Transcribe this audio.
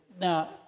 now